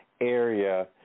area